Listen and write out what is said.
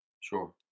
Sure